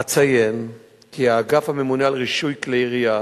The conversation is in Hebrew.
אציין כי האגף הממונה על רישוי כלי ירייה